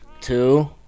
Two